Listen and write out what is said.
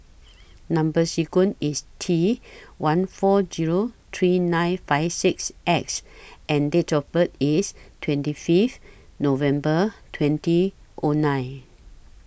Number sequence IS T one four Zero three nine five six X and Date of birth IS twenty Fifth November twenty O nine